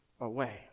away